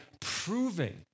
proving